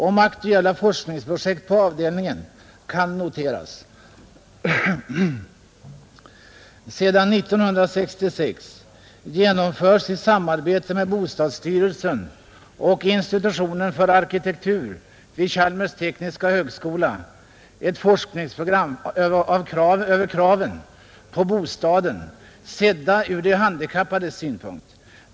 Om aktuella forskningsprojekt på avdelningen kan noteras: sedan 1966 genomförs i samarbete med bostadsstyrelsen och institutionen för arkitektur vid Chalmers tekniska högskola ett forskningsprogram över kraven på bostaden sedda ur de handikappades synpunkt.